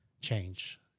change